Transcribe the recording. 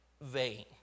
vain